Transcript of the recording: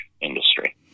industry